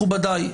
מכובדי,